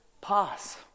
pause